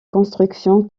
construction